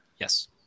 Yes